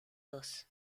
dos